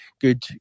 good